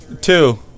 two